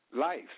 life